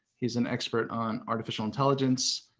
he's an expert on artificial intelligence,